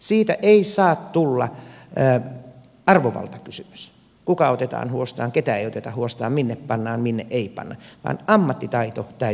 siitä ei saa tulla arvovaltakysymys kuka otetaan huostaan ketä ei oteta huostaan minne pannaan minne ei panna vaan ammattitaito täytyy löytyä